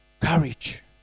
Courage